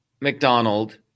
McDonald